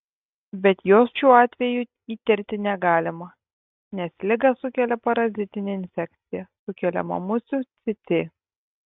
bet jos šiuo atveju įtarti negalima nes ligą sukelia parazitinė infekcija sukeliama musių cėcė